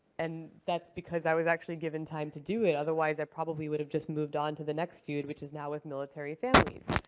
and that's because i was actually given time to do it. otherwise, i probably would have just moved on to the next feud, which is now with military families.